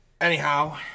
Anyhow